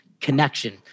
connection